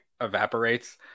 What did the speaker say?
evaporates